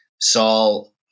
Saul